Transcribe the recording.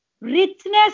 richness